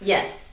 Yes